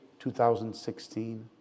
2016